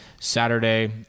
Saturday